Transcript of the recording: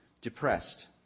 depressed